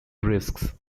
risks